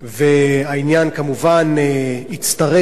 והעניין כמובן הצטרף